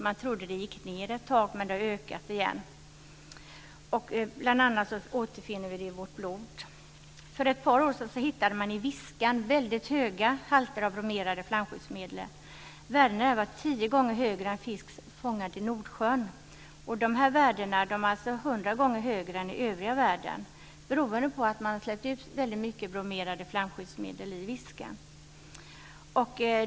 Man trodde att nivån gick ned ett tag, men den har ökat igen. Bl.a. återfinns de i vårt blod. För ett par år sedan hittade man mycket höga halter av bromerade flamskyddsmedel i Viskan. Värdena i fisken var tio gånger högre än i fisk som fångats i Nordsjön. Dessa värden är hundra gånger högre än i övriga världen beroende på att man släppt ut väldigt mycket bromerade flamskyddsmedel i Viskan.